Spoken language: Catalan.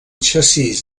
xassís